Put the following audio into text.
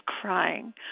crying